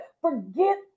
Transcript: forget